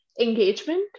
engagement